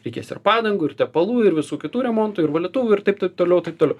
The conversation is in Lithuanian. reikės ir padangų ir tepalų ir visų kitų remontų ir valytuvų ir taip taip toliau taip toliau